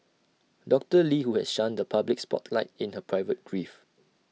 doctor lee who has shunned the public spotlight in her private grief